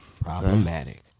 problematic